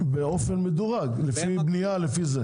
באופן מדורג, לפי בנייה וכו'.